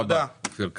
תודה רבה, אופיר כץ.